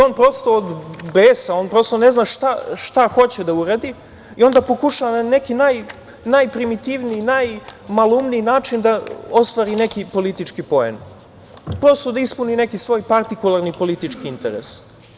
On prosto od besa ne zna šta hoće da uradi i onda pokušava na neki najprimitivniji, najmaloumniji način da ostvari neki politički poen, prosto da ispuni neki svoj partikularni politički interes.